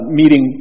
meeting